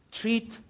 treat